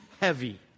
heavy